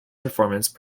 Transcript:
performance